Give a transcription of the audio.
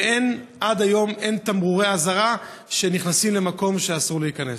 ועד היום אין תמרורי אזהרה כשנכנסים למקום שאסור להיכנס.